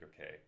okay